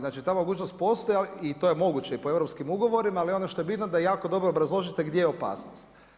Znači ta mogućnost postoji i to je moguće po europski ugovorima, ali ono što je bitno da jako dobro obrazložite gdje je opasnost.